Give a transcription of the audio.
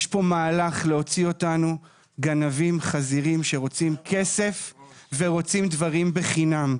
יש פה מהלך להוציא אותנו גנבים חזירים שרוצים כסף ורוצים דברים בחינם,